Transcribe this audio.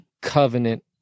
covenant